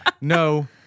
No